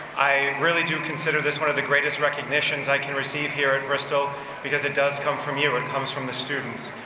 i really do consider this one of the greatest recognitions i can receive here at bristol because it does come from you. it comes from the students.